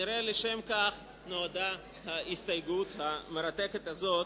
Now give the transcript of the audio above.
כנראה לשם כך נועדה ההסתייגות המרתקת הזאת,